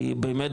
כי באמת,